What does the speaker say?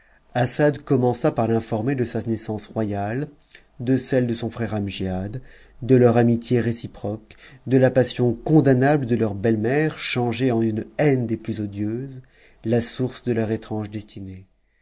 assa commença par l'informer de sa naissance royale de celle de son f amgiad de leur amitié réciproque de la passion condamnable de teo bettes mères changée en une haine des plus odieuses la source de étrange destinée